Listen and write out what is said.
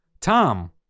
Tom